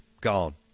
gone